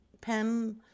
pen